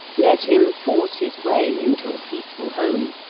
let him force his way into a peaceful home,